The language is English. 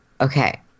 Okay